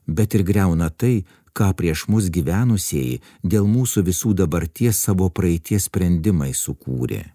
bet ir griauna tai ką prieš mus gyvenusieji dėl mūsų visų dabarties savo praeities sprendimais sukūrė